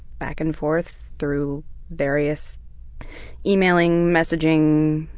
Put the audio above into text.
back and forth through various emailing, messaging,